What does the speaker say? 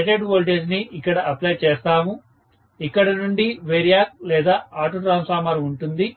rated voltage ని ఇక్కడ apply చేస్తాము ఇక్కడి నుండి వేరియాక్ లేదా ఆటో ట్రాన్స్ఫార్మర్ ఉంటుంది